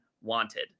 wanted